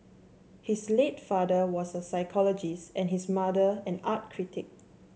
his late father was a psychologist and his mother an art critic